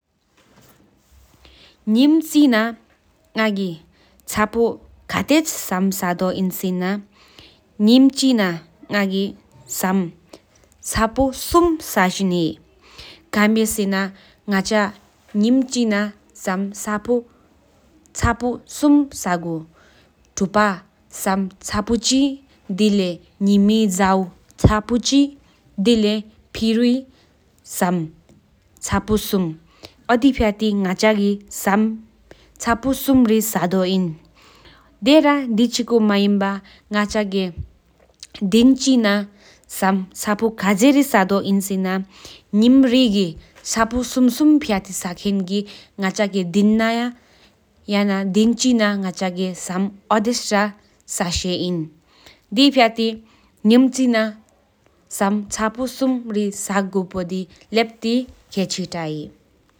ངེམ་ཆི་ན་ང་གི་ཆ་པོ་ཁྱེད་ཀྱིས་སམ་ས་སོ་སེན་ན་ངེམ་ཆི་ན་ང་གི་ཆ་པོ་སུམ་ས་ས་ཇིན་ཧེ། ཁན་བྱ་སེན་ན་ང་ཆ་ངེམ་སིམ་ན་ཆ་པོ་སུམ་ས་ས་གུ། ཐུབ་པ་ཆ་པོ་ཉི་མ་ཆ་པོ་ཆི་ཐ་དེ་ལགས་པེ་རོ་ཆ་པོ་ཆི་ཨོ་དི་བྱིས་སམ་ཆ་པོ་སུམ་ས་སོག་ཡིན། ཨོ་དེ་ར་དིན་ཐ་ཆི་ན་ཡ་ང་ཆ་གི་སམ་ཆ་པོའི་སུམ་ས་བྱིད་ཐུལ་ལགས་ཐམ་ཚེ་དོམ་དི་ང་ཆ་ཡིན་ཐ་ཆི་ན་གུ་ཨོ་འདེ་ཤ་ས་སོག་ཡིན།